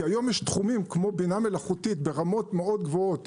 כי היום יש תחומים כמו: בינה מלאכותית ברמות מאוד גבוהות,